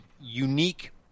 unique